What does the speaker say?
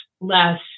less